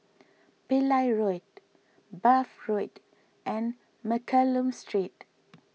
Pillai Road Bath Road and Mccallum Street